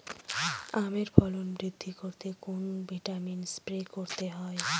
আমের ফলন বৃদ্ধি করতে কোন ভিটামিন স্প্রে করতে হয়?